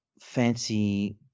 fancy